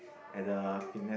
at the fitness